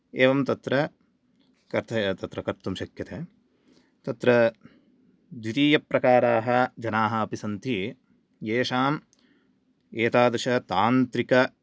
एवं तत्र कत् तत्र कर्तुं शक्यते तत्र द्वितीयप्रकाराः जनाः अपि सन्ति येषां एतादृशतान्त्रिक